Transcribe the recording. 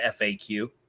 FAQ